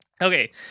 Okay